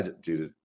dude